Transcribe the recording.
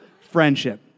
friendship